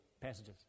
passages